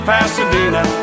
Pasadena